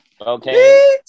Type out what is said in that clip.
Okay